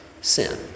sin